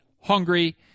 hungry